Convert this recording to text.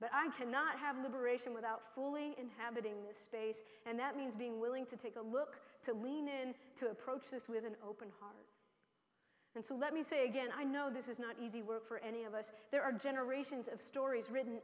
but i cannot have liberation without fully inhabiting this space and that means being willing to take a look to lean in to approach this with an open and so let me say again i know this is not easy work for any of us there are generations of stories written